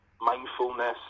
mindfulness